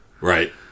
Right